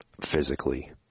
physically